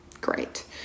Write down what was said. great